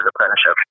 apprenticeship